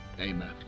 amen